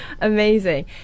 Amazing